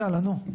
יאללה, נו?